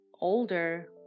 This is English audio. older